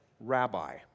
rabbi